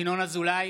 ינון אזולאי,